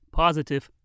positive